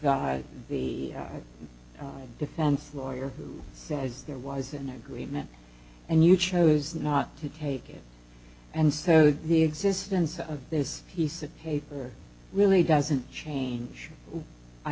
the defense lawyer who says there was an agreement and you chose not to take it and so the existence of this piece of paper really doesn't change i